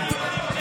תודה רבה.